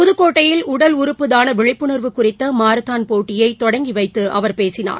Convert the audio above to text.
புதுக்கோட்டையில் உடல் உறுப்புதான விழிப்புணர்வு குறித்த மாரத்தான் போட்டியை தொடங்கி வைத்து அவர் பேசினார்